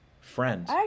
friends